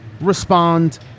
respond